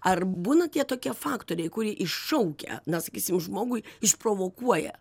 ar būna tie tokie faktoriai kurie iššaukia na sakysim žmogui išprovokuoja